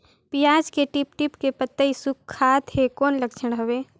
पियाज के टीप टीप के पतई सुखात हे कौन लक्षण हवे?